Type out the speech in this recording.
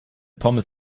pommes